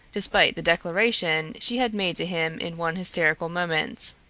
despite the declaration she had made to him in one hysterical moment.